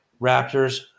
Raptors